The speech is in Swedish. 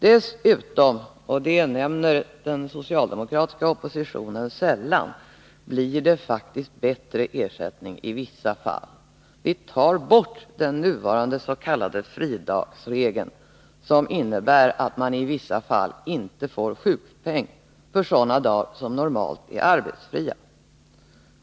Dessutom — och detta nämner den socialdemokratiska oppositionen sällan — blir det faktiskt bättre ersättning i vissa fall. Vi tar nämligen bort den nuvarande s.k. fridagsregeln, som innebär att man i vissa fall inte får sjukpeng för sådana dagar som normalt är arbetsfria.